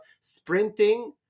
sprinting